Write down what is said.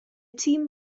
team